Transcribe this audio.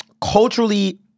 culturally